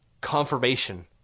Confirmation